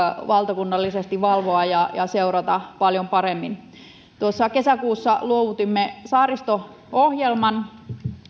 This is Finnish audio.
valtakunnallisesti valvoa ja seurata paljon paremmin kesäkuussa luovutimme saaristo ohjelman